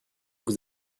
vous